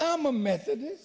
i'm a methodist